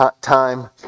time